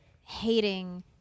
hating